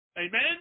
Amen